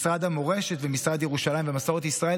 משרד המורשת ומשרד ירושלים ומסורת ישראל